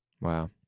Wow